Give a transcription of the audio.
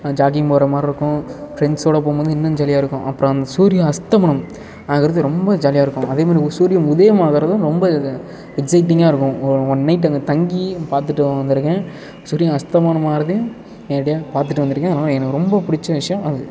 jogging போகிற மாதிரி இருக்கும் ஃப்ரெண்ட்ஸோடு போகும்போது இன்னும் ஜாலியாக இருக்கும் அப்புறம் அந்த சூரிய அஸ்தமனம் ஆகுறது ரொம்ப ஜாலியாக இருக்கும் அதேமாதிரி உ சூரியன் உதயமாகிறதும் ரொம்ப எக்ஸைட்டிங்காக இருக்கும் ஒ ஒன் நைட் அங்கே தங்கி பார்த்துட்டு வந்திருக்கேன் சூரியன் அஸ்தமனம் ஆகிறதையும் நேரடியாக பார்த்துட்டு வந்திருக்கேன் அதனாலே எனக்கு ரொம்ப பிடிச்ச விஷயம் அது